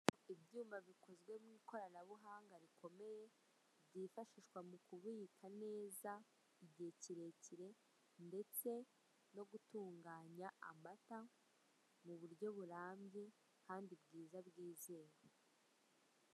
Ibyuma bikozwe mu ikoranabuhanga rikomeye, ryifashishwa mu kubika neza igihe kirekire ndetse no gutunganya amata mu buryo burambye kandi bwiza bwizewe.